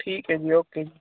ਠੀਕ ਹੈ ਜੀ ਓਕੇ ਜੀ